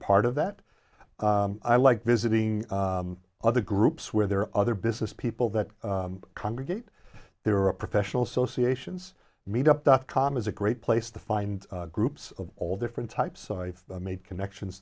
part of that i like visiting other groups where there are other businesspeople that congregate there are a professional associations meetup dot com is a great place to find groups of all different types i made connections